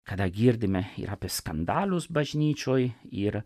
kada girdime ir apie skandalus bažnyčioj ir